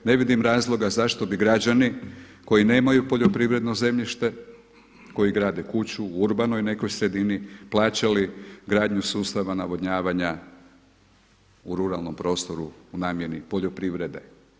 Ne vidim razloga zašto bi građani koji nemaju poljoprivredno zemljište, koji grade kuću u urbanoj nekoj sredini plaćali gradnju sustava navodnjavanja u ruralnom prostoru u namjeni poljoprivrede.